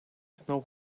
snow